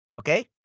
Okay